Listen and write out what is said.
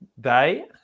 day